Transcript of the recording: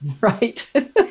Right